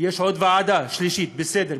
יש עוד ועדה, שלישית, בסדר.